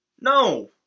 No